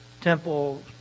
temple